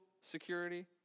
security